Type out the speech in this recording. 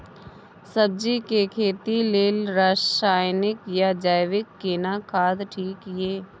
सब्जी के खेती लेल रसायनिक या जैविक केना खाद ठीक ये?